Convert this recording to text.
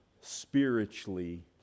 spiritually